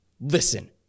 listen